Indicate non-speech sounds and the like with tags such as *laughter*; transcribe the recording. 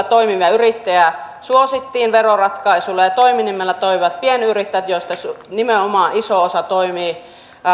*unintelligible* toimivia yrittäjiä suosittiin veroratkaisuilla toiminimellä toimivat pienyrittäjät joista nimenomaan iso osa